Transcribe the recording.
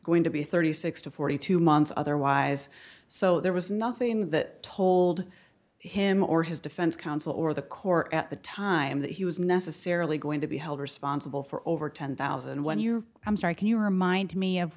going to be thirty six to forty two months otherwise so there was nothing that told him or his defense counsel or the court at the time that he was necessarily going to be held responsible for over ten thousand when you i'm sorry can you remind me of